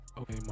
okay